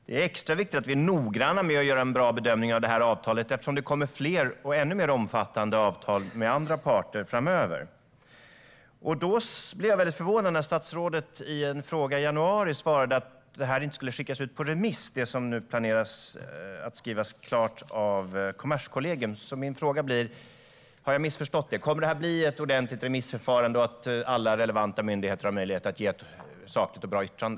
Det är extra viktigt att vi är noggranna med att göra en bra bedömning av detta avtal eftersom det kommer fler och ännu mer omfattande avtal med andra parter framöver. Därför blev jag mycket förvånad när statsrådet i ett svar på en fråga i januari sa att det som nu planeras att skrivas klart av Kommerskollegium inte skulle skickas ut på remiss. Min fråga är därför om jag har missförstått detta. Kommer det att bli ett ordentligt remissförfarande, så att alla relevanta myndigheter har möjlighet att ge ett sakligt och bra yttrande?